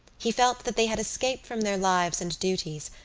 he felt that they had escaped from their lives and duties,